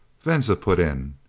venza put in,